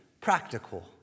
practical